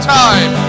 time